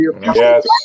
Yes